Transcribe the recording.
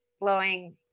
blowing